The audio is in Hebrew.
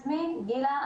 גילה,